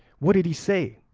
what did he say?